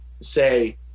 say